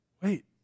wait